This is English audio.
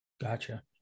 gotcha